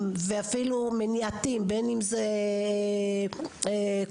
ואפילו מניעתיים בין אם הם קונבנציונליים,